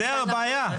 זו הבעיה.